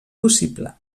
possible